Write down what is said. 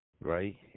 right